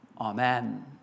Amen